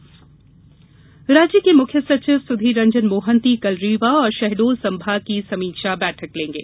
समीक्षा रीवा राज्य के मुख्य सचिव सुधीर रंजन मोहंती कल रीवा और शहडोल संभाग की समीक्षा बैठक लेंगे